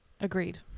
Agreed